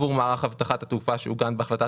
עבור מערך אבטחת התעופה שעוגן בהחלטת